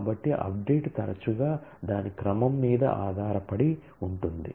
కాబట్టి అప్డేట్ తరచుగా దాని క్రమం మీద ఆధారపడి ఉంటుంది